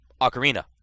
Ocarina